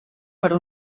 per